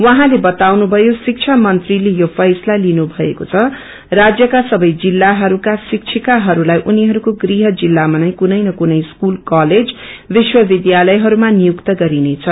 उझँले बताउनुभयो शिब्धा मन्त्रीले यो फैसला लिनु भएको छ राज्यका सबे जिल्लाहरूका शिबिकाहरूलाई उनिहरूको गृह जिल्लामा नै कुनै न कुनै स्कूल कलेज विश्वविध्यालयहरूमा नियुक्ति गरिनेछ